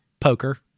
Poker